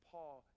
Paul